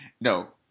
No